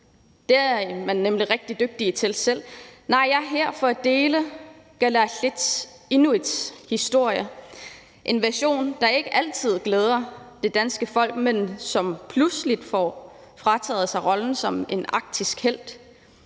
Det er man nemlig rigtig dygtig til selv. Nej, jeg er her for at dele kalaallits/inuits historie – en version, der ikke altid glæder det danske folk – som pludseligt får frataget rollen som en arktisk helt